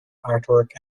artwork